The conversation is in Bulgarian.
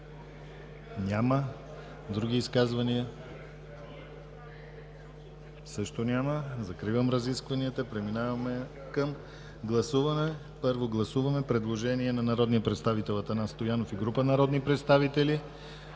Няма. Други изказвания? Също няма. Закривам разискванията, преминаваме към гласуване. Първо, гласуваме предложение на народния представител Атанас Стоянов и група народни представители,